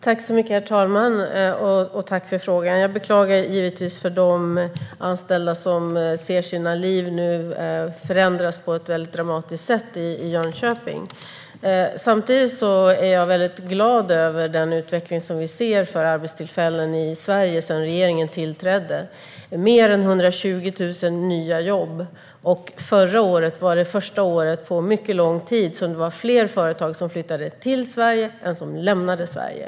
Herr talman! Tack för frågan! Jag beklagar givetvis att anställda i Jönköping nu ser sina liv förändras på ett väldigt dramatiskt sätt. Samtidigt är jag väldigt glad över den utveckling av arbetstillfällen som vi ser i Sverige sedan regeringen tillträdde. Det är mer än 120 000 nya jobb. Förra året var det första året på mycket lång tid som det var fler företag som flyttade till Sverige än som lämnade Sverige.